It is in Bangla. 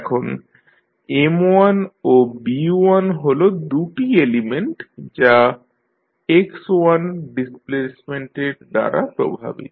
এখন M1 ও B1হল দু'টি এলিমেন্ট যা x1 ডিসপ্লেসমেন্টের দ্বারা প্রভাবিত